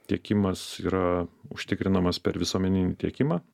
tiekimas yra užtikrinamas per visuomeninį tiekimą